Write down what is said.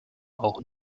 auch